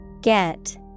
Get